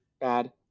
bad